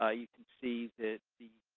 ah you can see that the